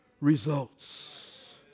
results